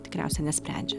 tikriausiai nesprendžia